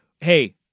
hey